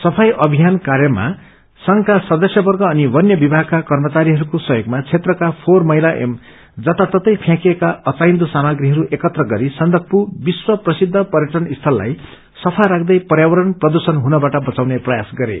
सफाई अभियान कार्यमा संघका सदस्यवर्ग अनि वन्य विमागका कर्मचारीहरूको सहयोगमा क्षेत्रका फोल्रेर मैला एवं जताततै फ्याँकिएका अचार्हिँदा सामग्रीहरू एकत्र गरी सन्दकपू विश्व प्रसिद्ध पर्यटन स्यललाई सफा राख्दै पर्यावरण प्रदुषण हुनबाट बचाउने प्रयास गरे